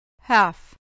half